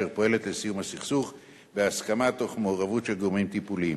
אשר פועלת לסיום הסכסוך בהסכמה תוך מעורבות של גורמים טיפוליים.